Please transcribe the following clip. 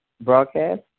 broadcast